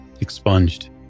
expunged